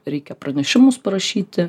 reikia pranešimus parašyti